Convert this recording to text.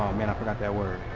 man i forgot that word.